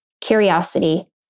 curiosity